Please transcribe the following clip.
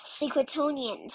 secretonians